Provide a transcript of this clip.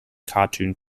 cartoon